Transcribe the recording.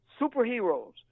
superheroes